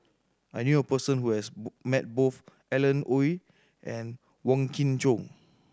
I knew a person who has met both Alan Oei and Wong Kin Jong